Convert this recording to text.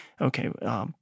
okay